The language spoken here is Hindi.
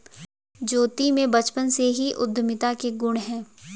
ज्योति में बचपन से ही उद्यमिता के गुण है